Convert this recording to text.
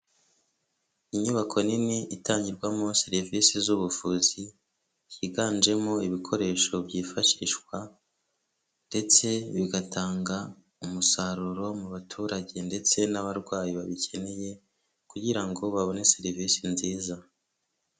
Inyubako nini itangirwamo serivisi z'ubuvuzi, higanjemo ibikoresho byifashishwa ndetse bigatanga umusaruro mu baturage ndetse n'abarwayi babikeneye, kugira ngo babone serivisi nziza.